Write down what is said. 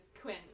quinn